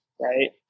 right